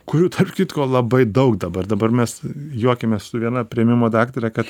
kurių tarp kitko labai daug dabar dabar mes juokiamės su viena priėmimo daktare kad